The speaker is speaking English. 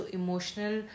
emotional